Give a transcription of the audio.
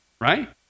right